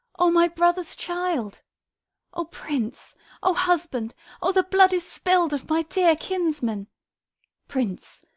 o my brother's child o prince o husband o, the blood is spill'd of my dear kinsman prince,